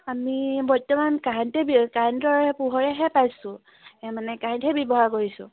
আমি বৰ্তমান কাৰেণ্টে কাৰেণ্টৰ পোহৰেহে পাইছোঁ মানে কাৰেণ্টহে ব্যৱহাৰ কৰিছোঁ